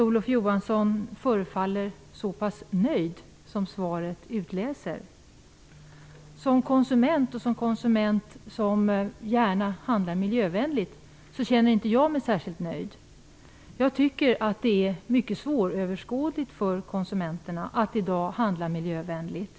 Olof Johansson förefaller vara så nöjd. Som konsument som gärna vill handla miljövänligt känner jag mig inte särskilt nöjd. Jag tycker att det är mycket svårt för konsumenten att i dag handla miljövänligt.